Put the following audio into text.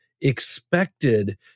expected